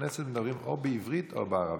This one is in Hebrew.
בכנסת מדברים או בעברית או בערבית.